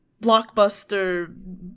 blockbuster